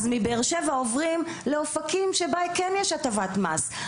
אז מבאר שבע עוברים לאופקים שבה כן יש הטבת מס,